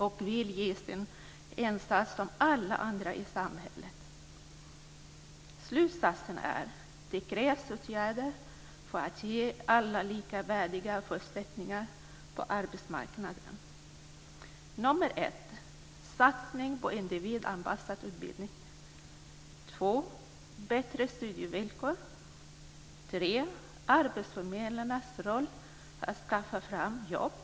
De vill göra sin insats såsom alla andra i samhället. Slutsatsen är att det krävs olika åtgärder för att ge alla likvärdiga förutsättningar på arbetsmarknaden. Nummer ett är satsningen på individanpassad utbildning. Nummer två är bättre studievillkor. Nummer tre är arbetsförmedlarnas roll när det gäller att skaffa fram jobb.